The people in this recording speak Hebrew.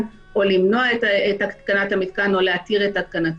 או למנוע או התקנת המתקן או להתיר את התקנתו.